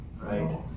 right